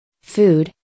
Food